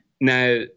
Now